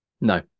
No